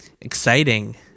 exciting